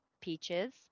peaches